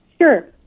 Sure